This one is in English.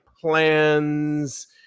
plans